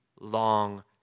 long